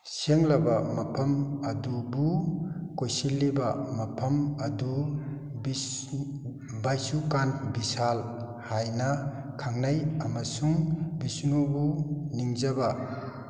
ꯁꯦꯡꯂꯕ ꯃꯐꯝ ꯑꯗꯨꯕꯨ ꯀꯣꯏꯁꯤꯜꯂꯤꯕ ꯃꯐꯝ ꯑꯗꯨ ꯚꯥꯏꯁꯨꯀꯥꯟ ꯚꯤꯁꯥꯜ ꯍꯥꯏꯅ ꯈꯪꯅꯩ ꯑꯃꯁꯨꯡ ꯚꯤꯁꯅꯨꯕꯨ ꯅꯤꯡꯖꯕ